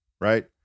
right